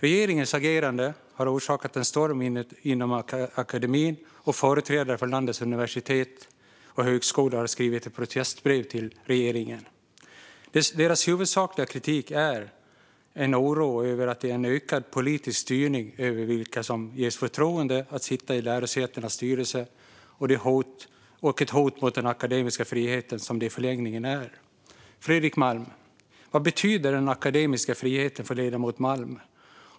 Regeringens agerande har orsakat en storm inom akademin, och företrädare för landets universitet och högskolor har skrivit ett protestbrev till regeringen. Deras huvudsakliga kritik gäller en oro för ökad politisk styrning av vilka som ges förtroende att sitta i lärosätenas styrelser och det hot mot den akademiska friheten som detta i förlängningen innebär. Vad betyder den akademiska friheten för ledamoten Fredrik Malm?